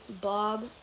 Bob